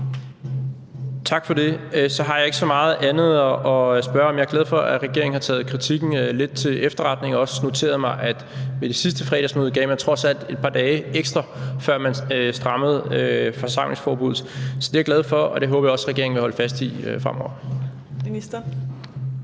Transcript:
Tak for det. Så har jeg ikke så meget andet at spørge om. Jeg er glad for, at regeringen har taget kritikken lidt til efterretning, og jeg har også noteret mig, at ved det sidste fredagsmøde gav man trods alt et par dage ekstra, før man strammede forsamlingsforbuddet. Så det er jeg glad for, og det håber jeg også regeringen vil holde fast i fremover.